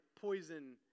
poison